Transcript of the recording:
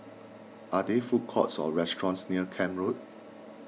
are there food courts or restaurants near Camp Road